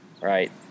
Right